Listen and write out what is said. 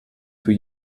für